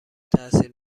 تاثیر